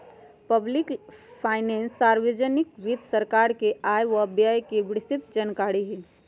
public finance सार्वजनिक वित्त सरकार के आय व व्यय के विस्तृतजानकारी हई